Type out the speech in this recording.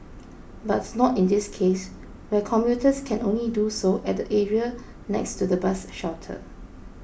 but not in this case where commuters can only do so at the area next to the bus shelter